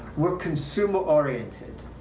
were consumer-oriented.